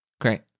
Great